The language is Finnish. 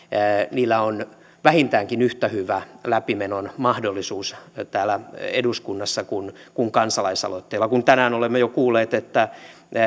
niillä on vähintäänkin yhtä hyvä läpimenon mahdollisuus täällä eduskunnassa kuin kansalaisaloitteilla tänään olemme jo kuulleet että